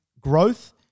growth